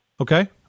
Okay